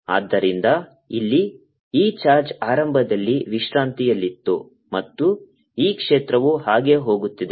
ಆದ್ದರಿಂದ ಇಲ್ಲಿ ಈ ಚಾರ್ಜ್ ಆರಂಭದಲ್ಲಿ ವಿಶ್ರಾಂತಿಯಲ್ಲಿತ್ತು ಮತ್ತು ಈ ಕ್ಷೇತ್ರವು ಹಾಗೆ ಹೋಗುತ್ತಿದೆ